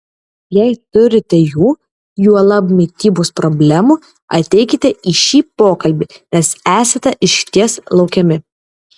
jei turite jų juolab mitybos problemų ateikite į šį pokalbį nes esate išties laukiami